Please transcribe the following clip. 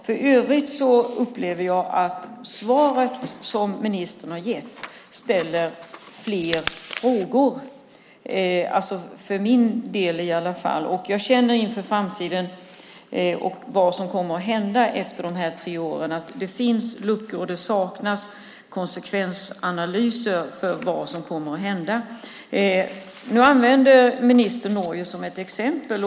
För övrigt upplever jag att det svar som ministern har gett ställer fler frågor, för min del i alla fall. Jag känner inför framtiden och vad som kommer att hända efter de här tre åren att det finns luckor, och det saknas konsekvensanalyser när det gäller vad som kommer att hända. Nu använde ministern Norge som ett exempel.